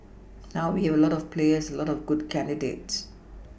now we have a lot of players a lot of good candidates